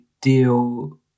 deal